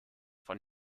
von